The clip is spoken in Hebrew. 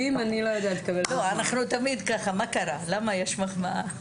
אני מקריאה מעמוד 7 לנוסח.